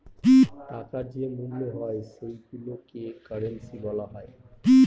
টাকার যে মূল্য হয় সেইগুলোকে কারেন্সি বলা হয়